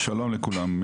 שלום לכולם.